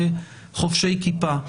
חובשי כיפה.